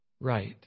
right